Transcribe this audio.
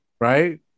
Right